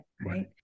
Right